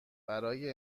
برای